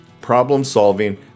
problem-solving